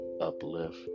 uplift